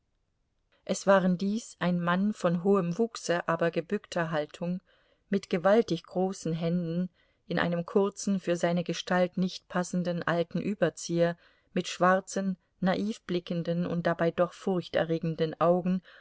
es waren dies ein mann von hohem wuchse aber gebückter haltung mit gewaltig großen händen in einem kurzen für seine gestalt nicht passenden alten überzieher mit schwarzen naiv blickenden und dabei doch furchterregenden augen